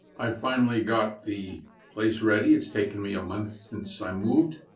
i finally got the place ready. it's taken me a month since i moved,